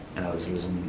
and i was using